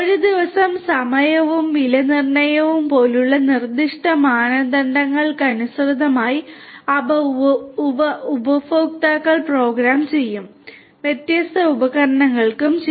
ദിവസത്തിന്റെ സമയവും വിലനിർണ്ണയവും പോലുള്ള നിർദ്ദിഷ്ട മാനദണ്ഡങ്ങൾക്കനുസൃതമായി അവ ഉപഭോക്താക്കൾ പ്രോഗ്രാം ചെയ്യും വ്യത്യസ്ത ഉപകരണങ്ങൾ ഷെഡ്യൂൾ ചെയ്യാം